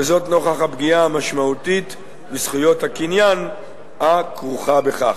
וזאת נוכח הפגיעה המשמעותית בזכויות הקניין הכרוכה בכך.